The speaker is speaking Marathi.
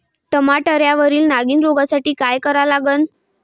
टमाट्यावरील नागीण रोगसाठी काय करा लागन?